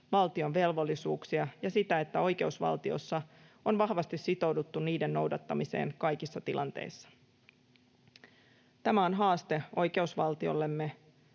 valtion velvollisuuksia ja sitä, että oikeusvaltiossa on vahvasti sitouduttu niiden noudattamiseen kaikissa tilanteissa. Tämä on haaste oikeusvaltiollemme,